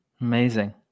Amazing